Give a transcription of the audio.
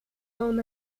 own